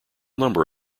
number